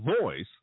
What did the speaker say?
voice